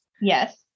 Yes